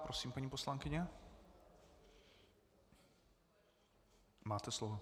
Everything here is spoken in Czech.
Prosím, paní poslankyně, máte slovo.